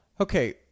Okay